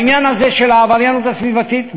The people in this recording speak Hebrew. בעניין הזה של העבריינות הסביבתית,